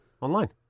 Online